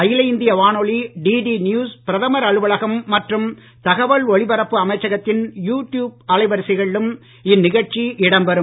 அகில இந்திய வானொலி டிடி நியூஸ் பிரதமர் அலுவலகம் மற்றும் தகவல் ஒலிபரப்பு அமைச்சகத்தின் யூ டியூப் அலைவரிசைகளிலும் இந்நிகழ்ச்சி இடம் பெறும்